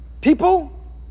people